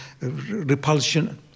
repulsion